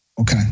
Okay